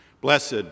Blessed